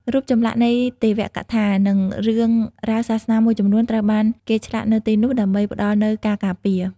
រូបចម្លាក់នៃទេវកថា និងរឿងរ៉ាវសាសនាមួយចំនួនត្រូវបានគេឆ្លាក់នៅទីនោះ ដើម្បីផ្តល់នូវការការពារ។